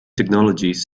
technologies